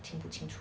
听不清楚